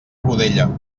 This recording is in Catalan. godella